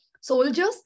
soldiers